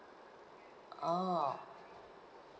orh